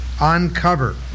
uncover